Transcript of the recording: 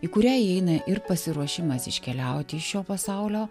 į kurią įeina ir pasiruošimas iškeliauti iš šio pasaulio